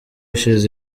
ashes